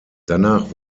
danach